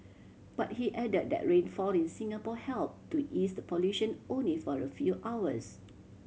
but he added that rainfall in Singapore help to ease the pollution only for a few hours